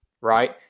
Right